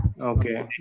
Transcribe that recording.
Okay